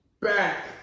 back